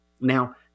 Now